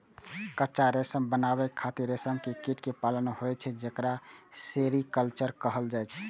कच्चा रेशम बनाबै खातिर रेशम के कीट कें पालन होइ छै, जेकरा सेरीकल्चर कहल जाइ छै